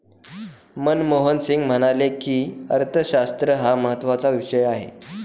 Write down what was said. मनमोहन सिंग म्हणाले की, अर्थशास्त्र हा महत्त्वाचा विषय आहे